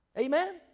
Amen